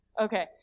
Okay